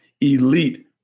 elite